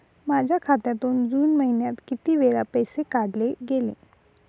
माझ्या खात्यातून जून महिन्यात किती वेळा पैसे काढले गेले?